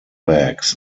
bags